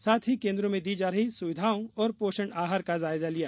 साथ ही केंद्रों में दी जा रही सुविधाओं और पोषण आहार का जायजा लिया